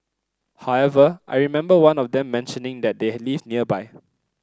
however I remember one of them mentioning that they live nearby